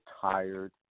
tired